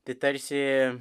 tai tarsi